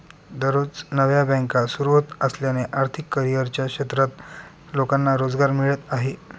दररोज नव्या बँका सुरू होत असल्याने आर्थिक करिअरच्या क्षेत्रात लोकांना रोजगार मिळत आहे